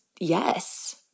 yes